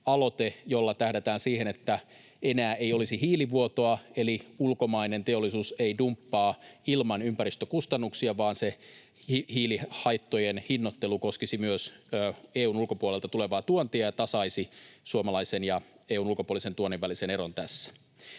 jolla tähdätään siihen, että enää ei olisi hiilivuotoa, eli ulkomainen teollisuus ei dumppaa ilman ympäristökustannuksia, vaan se hiilihaittojen hinnoittelu koskisi myös EU:n ulkopuolelta tulevaa tuontia ja tasaisi suomalaisen ja EU:n ulkopuolisen tuonnin välisen eron tässä.